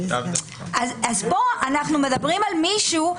אז בוא אנחנו מדברים על מישהו,